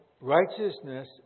Righteousness